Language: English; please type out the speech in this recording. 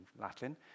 Latin